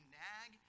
nag